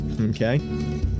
Okay